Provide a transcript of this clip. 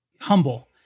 humble